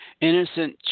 Innocent